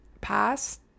past